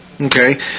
Okay